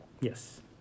yes